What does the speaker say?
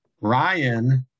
Ryan